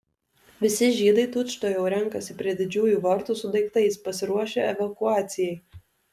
visi žydai tučtuojau renkasi prie didžiųjų vartų su daiktais pasiruošę evakuacijai